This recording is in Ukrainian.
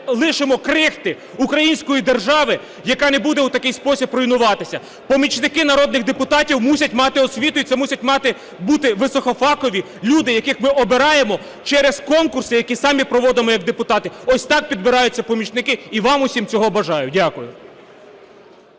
лишимо крихти української держави, яка не буде в такий спосіб руйнуватися. Помічники народних депутатів мусять мати освіту, і це мусять бути високофахові люди, яких ми обираємо через конкурси, які ми самі проводимо як депутати. Ось так обираються помічники, і вам усім цього бажаю.